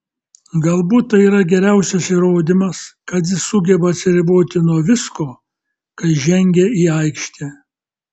galbūt tai yra geriausias įrodymas kad jis sugeba atsiriboti nuo visko kai žengia į aikštę